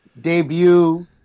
debut